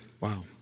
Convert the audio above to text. Wow